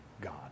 God